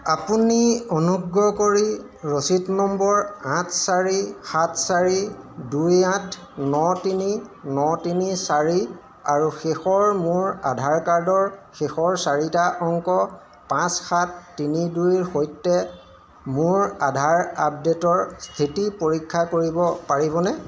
আপুনি অনুগ্ৰহ কৰি ৰচিদ নম্বৰ আঠ চাৰি সাত চাৰি দুই আঠ ন তিনি ন তিনি চাৰি আৰু শেষৰ মোৰ আধাৰ কাৰ্ডৰ শেষৰ চাৰিটা অংক পাঁচ সাত তিনি দুইৰ সৈতে মোৰ আধাৰ আপডে'টৰ স্থিতি পৰীক্ষা কৰিব পাৰিবনে